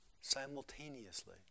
simultaneously